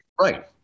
Right